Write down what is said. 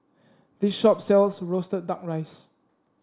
this shop sells roasted duck rice